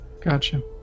Gotcha